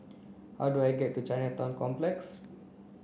how do I get to Chinatown Complex